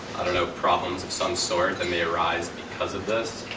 i don't know, problems of some sort that may arise because of this?